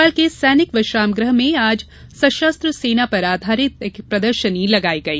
भोपाल के सैनिक विश्रामगृह में आज सशस्त्र सेना पर आधारित एक प्रदर्शनी लगाई गई